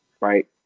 right